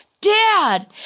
Dad